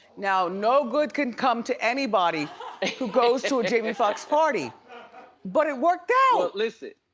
now no good can come to anybody who goes to a jamie foxx party but it worked out. listen,